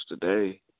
today